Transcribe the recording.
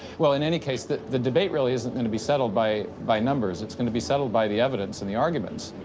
well, in any case, the the debate really isn't going to be settled by by numbers. it's going to be settled by the evidence and the arguments.